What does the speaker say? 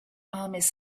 armies